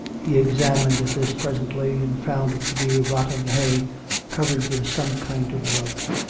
he examined this presently, and found it to be rotting hay covered with some kind of rug.